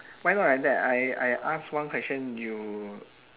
why not like that I I ask one question you